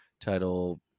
title